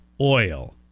oil